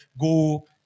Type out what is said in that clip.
go